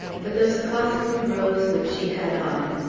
but, those costly robes which she had on,